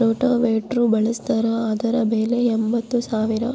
rotavator ಬಳಸ್ತಾರ ಅದರ ಬೆಲೆ ಎಂಬತ್ತು ಸಾವಿರ